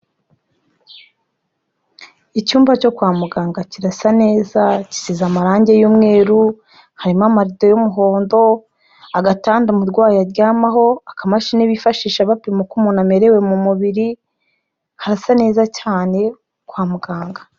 Icyumba cyo kwa muganga kirasa neza, gisize amarangi y'umweru, harimo amarido y'umuhondo, agatanda umurwayi aryamaho, akamashini bifashisha bapima uko umuntu amerewe mu mubiri, harasa neza cyane, kwa muganga.